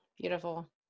Beautiful